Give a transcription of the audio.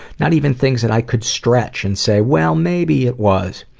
not even things that i could stretch and say well maybe it was.